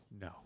No